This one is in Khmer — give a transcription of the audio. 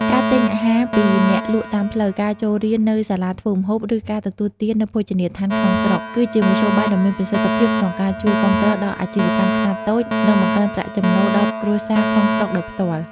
ការទិញអាហារពីអ្នកលក់តាមផ្លូវ ការចូលរៀននៅសាលាធ្វើម្ហូប ឬការទទួលទាននៅភោជនីយដ្ឋានក្នុងស្រុក គឺជាមធ្យោបាយដ៏មានប្រសិទ្ធភាពក្នុងការ ជួយគាំទ្រដល់អាជីវកម្មខ្នាតតូច និងបង្កើនប្រាក់ចំណូលដល់គ្រួសារក្នុងស្រុកដោយផ្ទាល់ ។